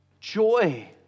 joy